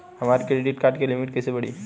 हमार credit card के limit कइसे बढ़ी?